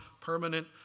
permanent